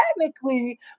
technically